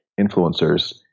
influencers